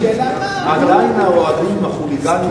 הערבים ואטבח אל-יהוד.